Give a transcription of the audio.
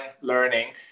learning